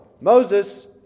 Moses